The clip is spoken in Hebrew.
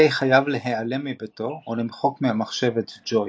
קיי חייב להיעלם מביתו ולמחוק מהמחשב את ג'וי.